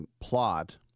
plot